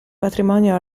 patrimonio